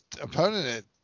opponent